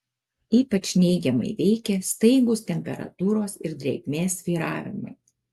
ypač neigiamai veikia staigūs temperatūros ir drėgmės svyravimai